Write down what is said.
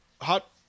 hot